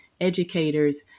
educators